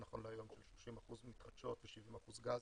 30% מתחדשות ו-70% גז.